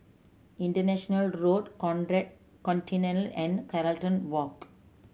International Road Conrad Centennial and Carlton Walk